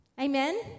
Amen